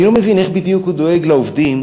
אני לא מבין איך בדיוק הוא דואג לעובדים,